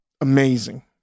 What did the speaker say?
amazing